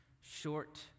short